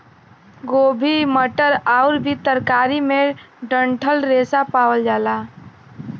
गोभी मटर आउर भी तरकारी में डंठल रेशा पावल जाला